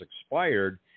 expired